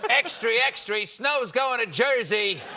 but extra, extra! snow's going to jersey!